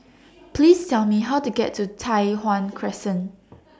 Please Tell Me How to get to Tai Hwan Crescent